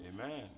amen